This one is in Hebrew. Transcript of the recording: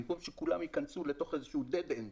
במקום שכולם ייכנסו לתוך איזשהו דד-אנד